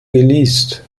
geleast